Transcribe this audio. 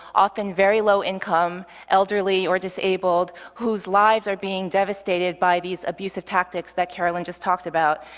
often very low income, elderly, or disabled, whose lives are being devastated by these abusive tactics that carolyn just talked about.